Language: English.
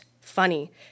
funny